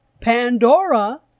pandora